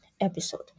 episode